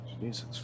Jesus